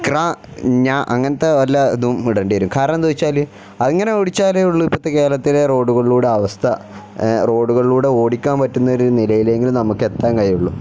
ക്ര ഞ അങ്ങനത്തെ വല്ല ഇതും ഇടേണ്ടി വരും കാരണം എന്താണെന്ന് വച്ചാൽ അങ്ങനെ ഓടിച്ചാലേ ഉള്ളൂ ഇപ്പോഴത്തെ കേരളത്തിലെ റോഡുകളുടെ അവസ്ഥ റോഡുകളിലൂടെ ഓടിക്കാൻ പറ്റുന്ന ഒരു നിലയിലെങ്കിലും നമുക്കെത്താൻ കഴിയുകയുള്ളൂ